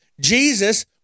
Jesus